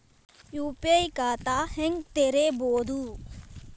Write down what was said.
UPI ಖಾತಾ ಹೆಂಗ್ ತೆರೇಬೋದು?